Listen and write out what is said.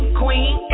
queen